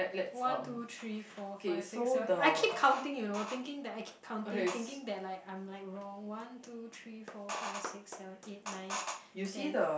one two three four five six seven eight I keep counting you know thinking that I keep counting thinking that like I am like wrong one two three four five six seven eight nine ten